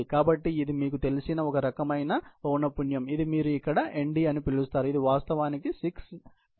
కాబట్టి ఇది మీకు తెలిసిన ఒక రకమైన పౌన పున్యం ఇది మీరు ఇక్కడ Nd అని పిలుస్తారు ఇది వాస్తవానికి 60 TfTdv